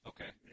Okay